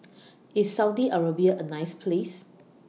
IS Saudi Arabia A nice Place